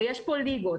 ויש פה ליגות,